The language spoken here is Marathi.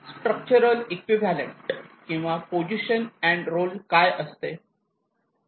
स्ट्रक्चरल इक्विव्हॅलेंट किंवा पोझिशन अँड रोल काय असते